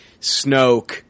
snoke